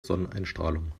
sonneneinstrahlung